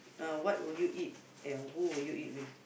ah what would you eat and who would you eat with